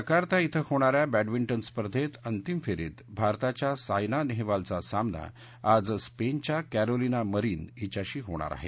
ाडोनेशियातल्या Jakarta ध्वें होणाऱ्या badminton स्पर्धेत अंतिम फेरीत भारताच्या सायना नेहवालचा सामना आज स्पेनच्या कॅरोलिना मरीन हिच्याशी होणार आहे